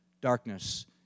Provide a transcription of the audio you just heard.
darkness